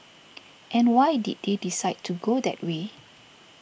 and why did they decide to go that way